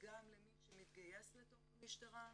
גם למי שמתגייס לתוך המשטרה,